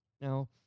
Now